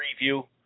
Preview